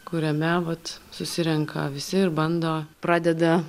kuriame vat susirenka visi ir bando pradeda